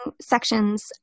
sections